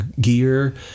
gear